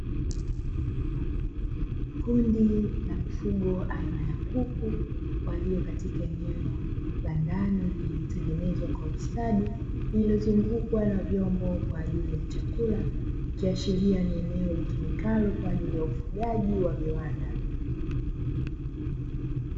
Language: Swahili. Kundi la mifugo aina ya kuku, waliyokatika eneo la ndani lililotengenezwa kwa ustadi lililozungukwa na vyombo kwa ajili ya chakula ikiashiria ni eneo litumikalo kwa ajili ya ufugaji wa viwanda.